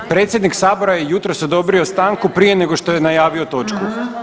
Predsjednik sabora je jutros odobrio stanku prije nego što je najavio točku.